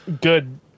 good